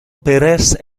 pérez